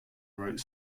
wrote